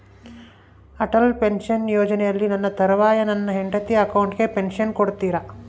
Atal pension ಯೋಜನೆಯಲ್ಲಿ ನನ್ನ ತರುವಾಯ ನನ್ನ ಹೆಂಡತಿ ಅಕೌಂಟಿಗೆ ಪೆನ್ಶನ್ ಕೊಡ್ತೇರಾ?